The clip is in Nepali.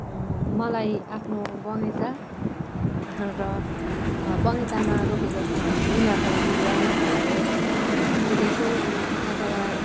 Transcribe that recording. मलाई आफ्नो बगैँचा र बगैँचामा रोपेको फुल अथवा बिरुवा रुखपातहरू फुलेको अथवा